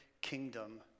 kingdom